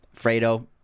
Fredo